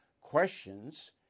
questions